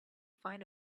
find